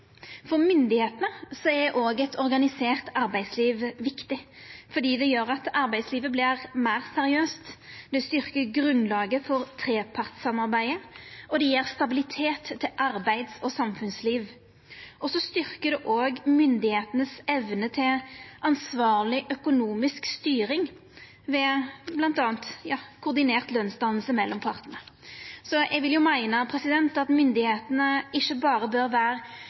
For myndigheitene er òg eit organisert arbeidsliv viktig fordi det gjer at arbeidslivet vert meir seriøst. Det styrkjer grunnlaget for trepartssamarbeidet, og det gjev stabilitet til arbeids- og samfunnsliv. Det styrkjer òg myndigheitene si evne til ansvarleg økonomisk styring ved bl.a. koordinert lønsdanning mellom partane. Eg vil meina at myndigheitene ikkje berre bør